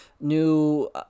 new